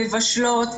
מבשלות,